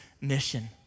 mission